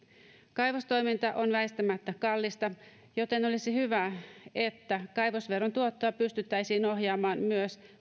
kaivostoiminta on väistämättä kallista joten olisi hyvä että kaivosveron tuottoa pystyttäisiin ohjaamaan myös